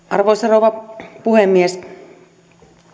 arvoisa rouva puhemies